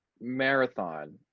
Marathon